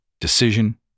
decision